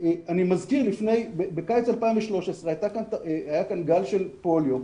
אני מזכיר, בקיץ 2013 היה כאן גל של פוליו.